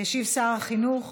ישיב שר החינוך